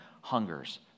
hungers